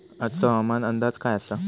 आजचो हवामान अंदाज काय आसा?